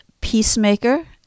Peacemaker